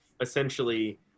essentially